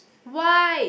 why